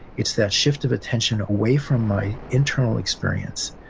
it's that shift of attention away from my internal experience,